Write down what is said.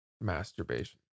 masturbation